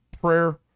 prayer